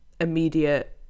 immediate